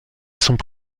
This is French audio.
sont